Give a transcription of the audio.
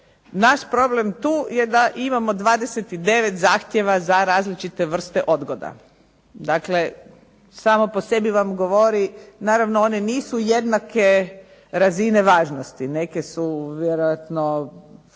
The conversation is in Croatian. Naš problem tu je da imamo 29 zahtjeva za različite vrste odgoda. Dakle, samo po sebi vam govori, naravno one nisu jednake razine važnosti. Neke su vjerojatno